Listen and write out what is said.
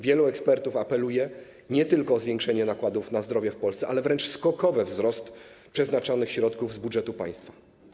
Wielu ekspertów apeluje nie tylko o zwiększenie nakładów na zdrowie w Polsce, ale wręcz o skokowy wzrost środków przeznaczanych z budżetu państwa.